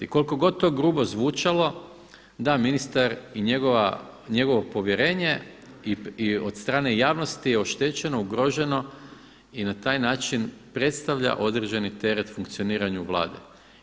Koliko god to grubo zvučalo, da, ministar i njegovo povjerenje i od strane javnosti je oštećeno, ugroženo i na taj način predstavlja određeni teret funkcioniranju Vlade.